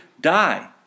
die